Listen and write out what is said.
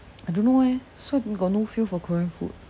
I don't know eh so I got no feel for korean food